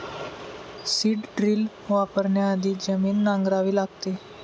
seed drill वापरण्याआधी जमीन नांगरावी लागते